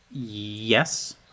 Yes